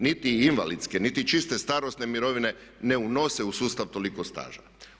Niti invalidske niti čiste starosne mirovine ne unose u sustav toliko staža.